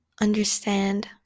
understand